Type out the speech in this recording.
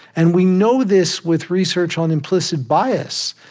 and we know this with research on implicit bias.